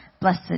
Blessed